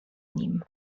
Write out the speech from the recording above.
nim